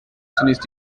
zunächst